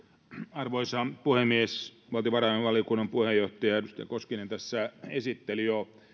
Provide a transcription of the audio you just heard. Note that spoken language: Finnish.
arvoisa puhemies valtiovarainvaliokunnan puheenjohtaja edustaja koskinen tässä esitteli jo